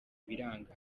biranga